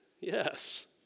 Yes